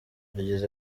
yagize